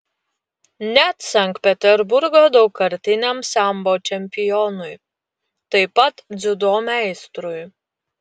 net sankt peterburgo daugkartiniam sambo čempionui taip pat dziudo meistrui